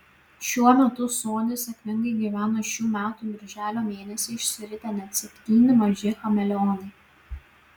šiuo metu sode sėkmingai gyvena šių metų birželio mėnesį išsiritę net septyni maži chameleonai